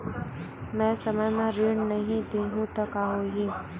मैं समय म ऋण नहीं देहु त का होही